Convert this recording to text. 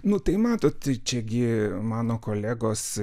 nu tai matot čia gi mano kolegos